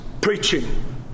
preaching